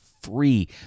free